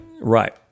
right